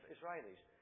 Israelis